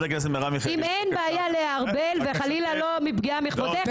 אם אין בעיה לארבל וחלילה לא לפגוע בכבודך,